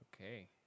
Okay